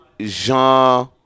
Jean